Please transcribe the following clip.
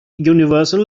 universal